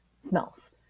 smells